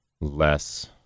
less